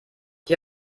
die